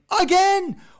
again